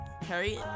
Harry